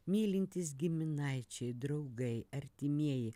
mylintys giminaičiai draugai artimieji